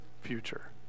future